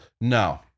No